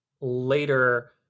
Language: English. later